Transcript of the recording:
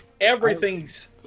Everything's